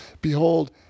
behold